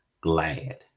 glad